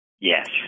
Yes